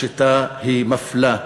השיטה היא מפלה,